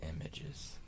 images